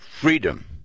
freedom